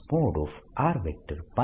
A B